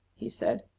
he said.